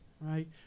Right